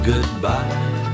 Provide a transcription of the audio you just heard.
Goodbye